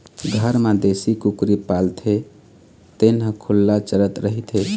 घर म देशी कुकरी पालथे तेन ह खुल्ला चरत रहिथे